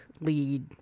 lead